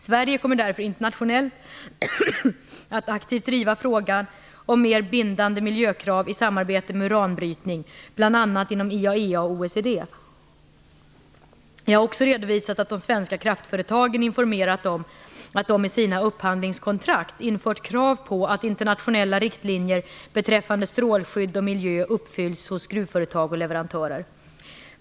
Sverige kommer därför internationellt att aktivt driva frågan om mer bindande miljökrav i samband med uranbrytning, bl.a. inom IAEA och OECD. Jag har också redovisat att de svenska kraftföretagen informerat om att de i sina upphandlingskontrakt infört krav på att internationella riktlinjer beträffande strålskydd och miljö uppfylls hos gruvföretag och leverantörer.